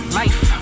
life